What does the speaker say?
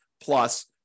plus